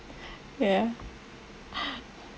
ya